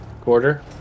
quarter